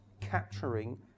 capturing